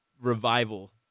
revival